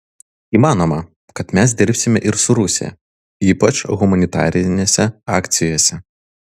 įmanoma kad mes dirbsime ir su rusija ypač humanitarinėse akcijose